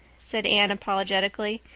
said anne apologetically,